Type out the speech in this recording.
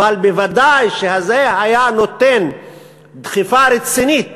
בוודאי שזה היה נותן דחיפה רצינית